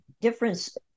difference